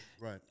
Right